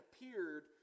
appeared